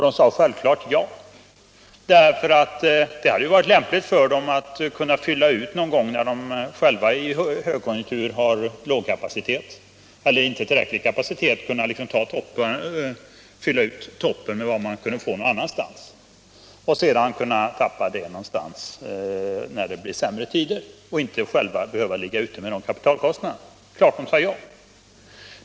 De sade självfallet ja, för det hade ju varit lämpligt för dem att kunna fylla ut med detta någon gång när de själva i högkonjunktur har lågkapacitet eller åtminstone inte tillräcklig kapacitet. De skulle då kunna fylla ut toppen med vad de kunde få någon annanstans och sedan kunna tappa det när det blir sämre tider. Då behövde de inte själva ligga ute med kapitalkostnaderna.